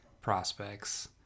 prospects